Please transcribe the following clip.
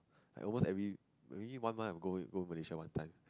I almost every maybe one month I will go I go Malaysia one time